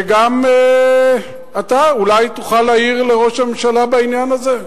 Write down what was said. גם אתה אולי תוכל להעיר לראש הממשלה בעניין הזה,